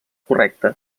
correcte